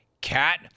Cat